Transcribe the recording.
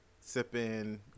sipping